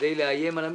כדי לאיים על המשרדים.